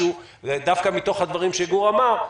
דווקא מתוך הדברים שגור אמר,